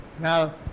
Now